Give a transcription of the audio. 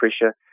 pressure